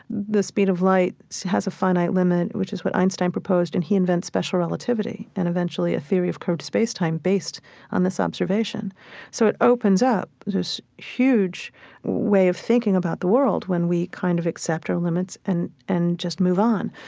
the speed of light has a finite limit, which is what einstein proposed, and he invents special relativity, and eventually a theory of curved spacetime based on this observation so it opens up this huge way of thinking about the world, when we kind of accept our limits and and just move on.